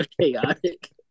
chaotic